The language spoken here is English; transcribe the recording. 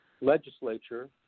legislature